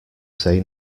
say